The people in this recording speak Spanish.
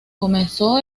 comenzó